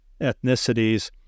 ethnicities